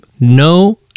no